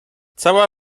cała